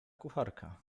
kucharka